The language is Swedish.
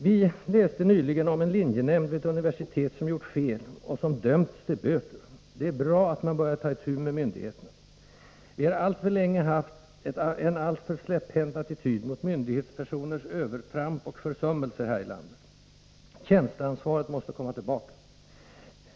Vi läste nyligen om en linjenämnd vid ett universitet som gjort fel och som dömts till böter. Det är bra att man börjar ta itu med myndigheterna. Vi har alltför länge haft en alltför släpphänt attityd mot myndighetspersoners övertramp och försummelser här i landet. Tjänsteansvaret måste komma tillbaka.